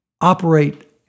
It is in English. operate